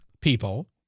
people